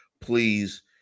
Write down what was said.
please